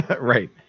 Right